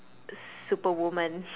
superwoman